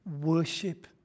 worship